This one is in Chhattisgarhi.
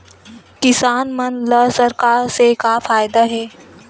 किसान मन ला सरकार से का फ़ायदा हे?